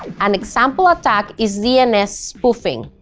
an example attack is dns spoofing.